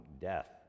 death